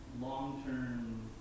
long-term